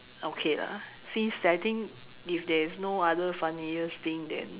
okay lah since I think if there is no other funniest thing then